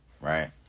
right